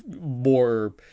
more